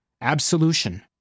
Absolution